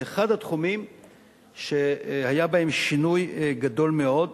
זה אחד התחומים שהיה בהם שינוי גדול מאוד.